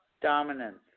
dominance